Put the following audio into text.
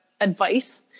advice